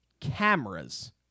cameras